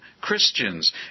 Christians